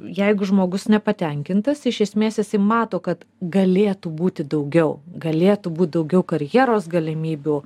jeigu žmogus nepatenkintas iš esmės jisai mato kad galėtų būti daugiau galėtų būt daugiau karjeros galimybių